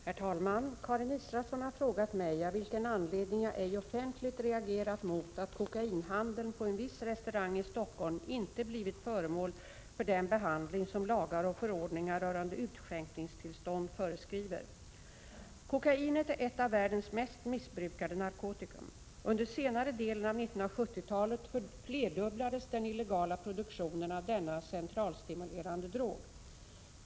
Herr talman! Karin Israelsson har frågat mig av vilken anledning jag ej köl tolm offentligt reagerat mot att kokainhandeln på en viss restaurang i Stockholm inte blivit föremål för den behandling som lagar och förordningar rörande utskänkningstillstånd föreskriver. Kokainet är ett av världens mest missbrukade narkotikum. Under senare delen av 1970-talet flerdubblades den illegala produktionen av denna centralstimulerande drog.